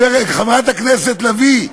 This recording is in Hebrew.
חברת הכנסת לביא,